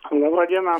laba diena